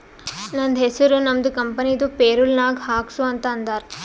ನಂದ ಹೆಸುರ್ ನಮ್ದು ಕಂಪನಿದು ಪೇರೋಲ್ ನಾಗ್ ಹಾಕ್ಸು ಅಂತ್ ಅಂದಾರ